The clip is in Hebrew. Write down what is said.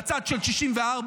בצד של ה-64,